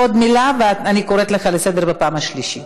עוד מילה ואני קוראת אותך לסדר בפעם השלישית.